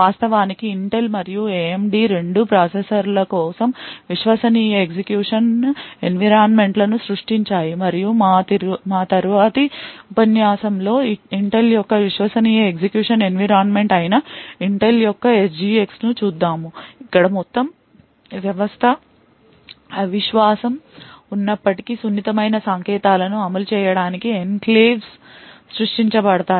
వాస్తవానికి ఇంటెల్ మరియు AMD రెండూ ప్రాసెసర్ల కోసం విశ్వసనీయ ఎగ్జిక్యూషన్ ఎన్విరాన్మెంట్లను సృష్టించాయి మరియు మా తరువాతి ఉపన్యాసంలో ఇంటెల్ యొక్క విశ్వసనీయ ఎగ్జిక్యూషన్ ఎన్విరాన్మెంట్ అయిన ఇంటెల్ యొక్క SGX ను చూద్దాము ఇక్కడ మొత్తం వ్యవస్థ అవిశ్వాసం ఉన్నప్పటికీ సున్నితమైన సంకేతాలను అమలు చేయడానికి ఎన్క్లేవ్స్ సృష్టించబడతాయి